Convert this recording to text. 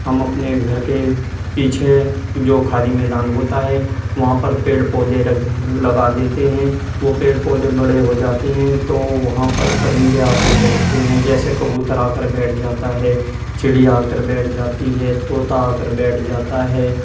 ہم اپنے گھر کے پیچھے جو خالی میدان ہوتا ہے وہاں پر پیڑ پودے رکھ لگا دیتے ہیں وہ پیڑ پودے بڑے ہو جاتے ہیں تو وہاں پر پرندے آ کر بیٹھتے ہیں جیسے کبوتر آ کر بیٹھ جاتا ہے چڑیا آ کر بیٹھ جاتی ہے طوطا آ کر بیٹھ جاتا ہے